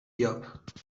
llop